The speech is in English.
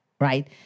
Right